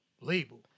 label